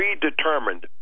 predetermined